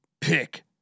Pick